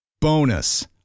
Bonus